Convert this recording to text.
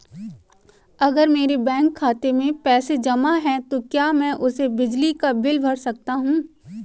अगर मेरे बैंक खाते में पैसे जमा है तो क्या मैं उसे बिजली का बिल भर सकता हूं?